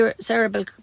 cerebral